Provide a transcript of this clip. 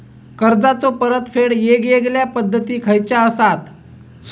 कर्जाचो परतफेड येगयेगल्या पद्धती खयच्या असात?